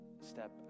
step